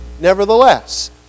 nevertheless